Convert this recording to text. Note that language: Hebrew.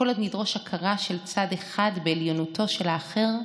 כל עוד נדרוש הכרה של צד אחד בעליונותו של האחר,